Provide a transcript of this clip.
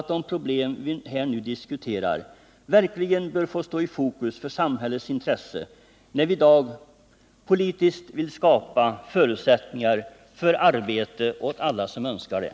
De problem som vi nu diskuterar bör verkligen få stå i fokus för samhällets intresse, när vi i dag politiskt vill skapa förutsättningar för arbete åt alla som önskar det.